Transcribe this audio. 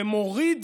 ומוריד